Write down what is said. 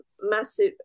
massive